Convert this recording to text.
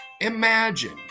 Imagine